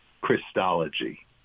Christology